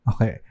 Okay